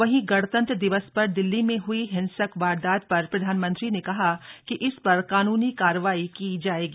वहीं गणतंत्र दिवस पर दिल्ली में हई हिंसक वारदात पर प्रधानमंत्री ने कहा कि इस पर कानूनी कार्रवाई की जाएगी